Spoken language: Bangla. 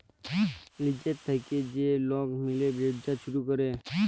লিজের থ্যাইকে যে লক মিলে ব্যবছা ছুরু ক্যরে